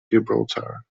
gibraltar